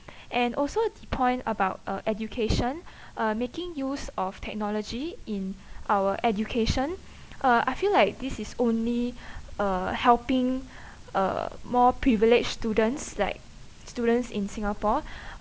and also the point about uh education uh making use of technology in our education uh I feel like this is only uh helping uh more privileged students like students in singapore